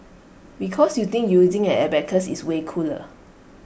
because you think using an abacus is way cooler